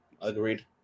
Agreed